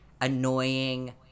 annoying